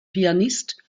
pianist